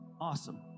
Awesome